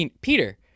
Peter